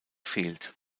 fehlt